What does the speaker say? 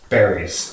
Berries